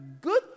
good